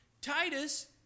Titus